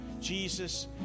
Jesus